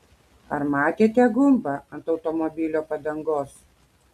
ar matėte gumbą ant automobilio padangos